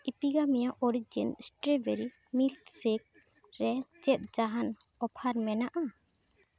Epigamia origins strawberry milkshake ᱨᱮ ᱪᱮᱫ ᱡᱟᱦᱟᱱ ᱚᱯᱷᱟᱨ ᱢᱮᱱᱟᱜᱼᱟ